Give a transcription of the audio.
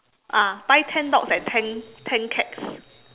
ah buy ten dogs and ten ten cats